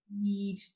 need